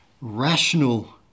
rational